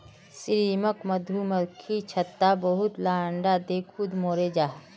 श्रमिक मधुमक्खी छत्तात बहुत ला अंडा दें खुद मोरे जहा